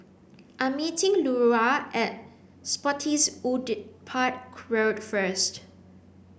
I am meeting Lura at Spottiswoode Park Road first